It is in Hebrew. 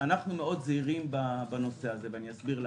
אנחנו זהירים מאוד בנושא הזה, ואסביר למה.